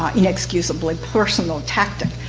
ah inexcusably personal tactic.